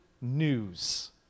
news